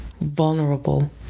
vulnerable